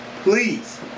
please